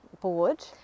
board